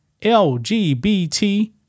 LGBT